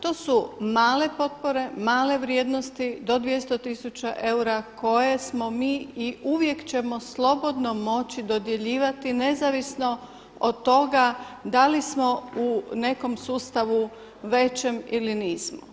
To su male potpore, male vrijednosti do 200 tisuća eura koje smo mi i uvijek ćemo slobodno moći dodjeljivati nezavisno od toga da li smo u nekom sustavu većem ili nismo.